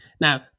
Now